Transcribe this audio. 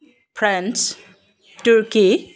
French Turkey